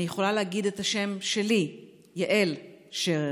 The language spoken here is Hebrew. אני יכולה להגיד את השם שלי: יעל שרר.